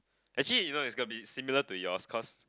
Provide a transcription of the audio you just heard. actually you know it's gonna be similar to yours cause